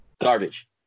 Garbage